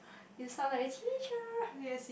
you sound like a teacher